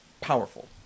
powerful